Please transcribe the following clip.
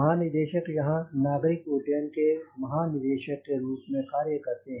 महानिदेशक यहां नागरिक उड्डयन के महानिदेशक के रूप में कार्य करते हैं